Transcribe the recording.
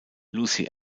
lucy